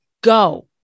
go